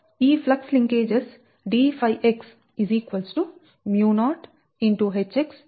ఈ flux linkages d𝜙x 𝛍0